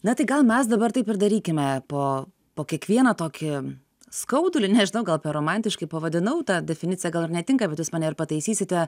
na tai gal mes dabar taip ir darykime po po kiekvieną tokį skaudulį nežinau gal per romantiškai pavadinau ta definicija gal ir netinka be jūs mane ir pataisysite